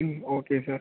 ம் okay sir